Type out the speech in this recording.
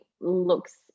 looks